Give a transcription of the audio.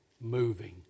moving